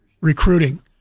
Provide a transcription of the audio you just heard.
recruiting